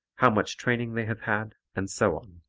how much training they have had, and so on.